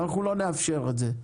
אנחנו לא נאפשר את זה.